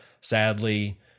sadly